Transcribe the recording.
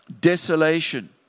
desolation